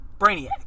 Brainiac